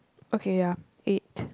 okay ya eight